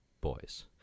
boys